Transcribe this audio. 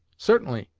certainly.